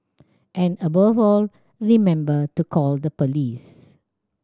and above all remember to call the police